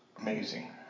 amazing